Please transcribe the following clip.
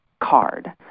card